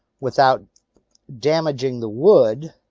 without damaging the wood.